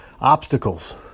obstacles